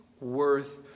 worth